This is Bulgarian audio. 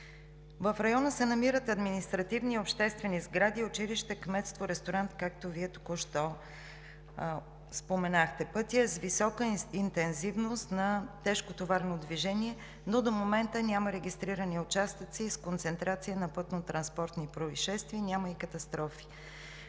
В района се намират административни и обществени сгради – училище, кметство, ресторант, както Вие току-що споменахте. Пътят е с висока интензивност на тежкотоварно движение, но до момента няма регистрирани участъци с концентрация на пътнотранспортни произшествия, няма и катастрофи.